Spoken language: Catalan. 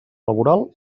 laboral